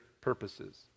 purposes